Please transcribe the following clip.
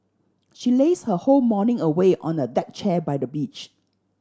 she lazed her whole morning away on a deck chair by the beach